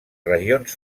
regions